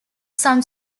some